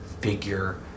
figure